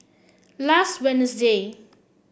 last